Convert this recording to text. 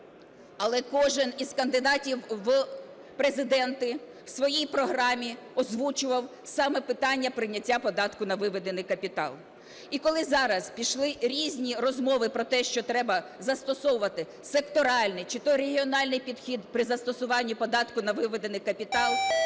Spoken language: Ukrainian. але кожен із кандидатів в Президенти в своїй програмі озвучував саме питання прийняття податку на виведений капітал. І коли зараз пішли різні розмови про те, що треба застосовувати секторальний чи то регіональний підхід при застосуванні податку на виведений капітал,